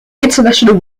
international